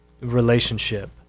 relationship